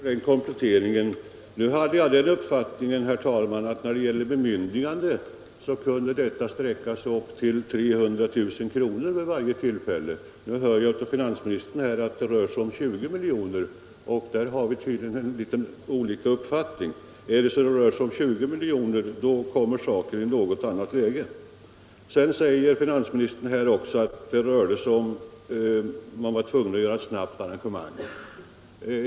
Herr talman! Jag tackar för den kompletteringen. Jag hade uppfattningen, herr talman, att ett bemyndigande kunde sträcka sig upp till 300 000 kr. vid varje tillfälle. Nu hör jag av finansministern att det rör sig om 20 miljoner kr. På den punkten har vi tydligen olika uppgifter. Rör det sig om 20 miljoner, kommer frågan i ett annat läge. Vidare säger finansministern att man var tvungen att vidta ett snabbt arrangemang.